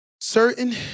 certain